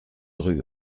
rue